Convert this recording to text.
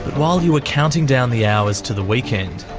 while you were counting down the hours to the weekend,